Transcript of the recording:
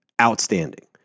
outstanding